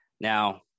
Now